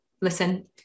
listen